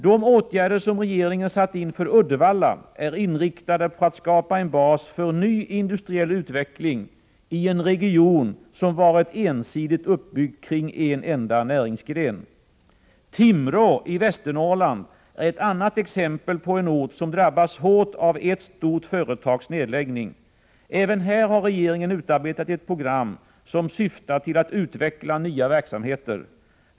De åtgärder som regeringen satt in för Uddevalla är inriktade på att skapa en bas för ny industriell utveckling i en region som varit ensidigt uppbyggd kring en enda näringsgren. Timrå i Västernorrland är ett annat exempel på en ort som drabbats hårt av ett stort företags nedläggning. Även här har regeringen utarbetat ett program, som syftar till att utveckla nya verksamheter.